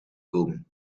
komen